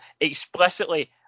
explicitly